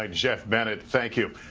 ah jeff bennett, thank you.